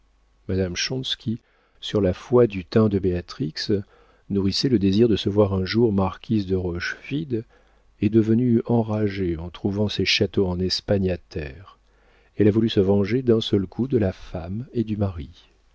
schontz qui sur la foi du teint de béatrix nourrissait le désir de se voir un jour marquise de rochefide est devenue enragée en trouvant ses châteaux en espagne à terre elle a voulu se venger d'un seul coup de la femme et du mari